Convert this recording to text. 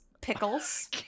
pickles